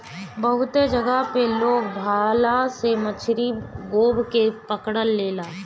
बहुते जगह पे लोग भाला से मछरी गोभ के पकड़ लेला